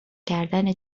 کردن